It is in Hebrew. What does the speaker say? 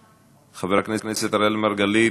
חבר הכנסת אראל מרגלית,